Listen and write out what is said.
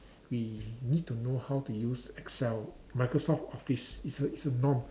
we need to know how to use Excel Microsoft Office it's a it's a norm